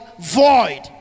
void